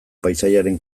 paisaiaren